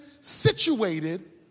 situated